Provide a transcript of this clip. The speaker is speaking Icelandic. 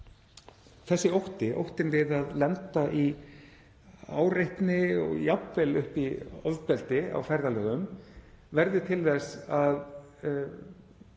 þessi ótti, óttinn við að lenda í áreitni og jafnvel upp í ofbeldi á ferðalögum, verði til þess að